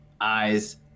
eyes